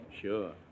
Sure